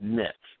net